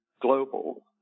global